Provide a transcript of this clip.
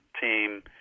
team